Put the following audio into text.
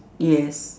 yes